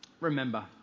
remember